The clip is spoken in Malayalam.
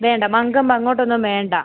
വേണ്ട മങ്കൊമ്പ് അങ്ങോട്ടൊന്നും വേണ്ട